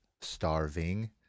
starving